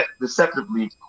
deceptively